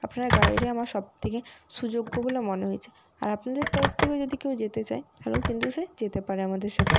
আপনার গাড়িটি আমার সবথেকে সুযোগ্য বলে মনে হয়েছে আর আপনাদের তরফ থেকেও যদি কেউ যেতে চায় তাহলেও কিন্তু সে যেতে পারে আমাদের সাথে